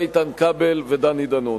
איתן כבל ודני דנון.